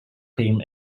claim